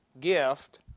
gift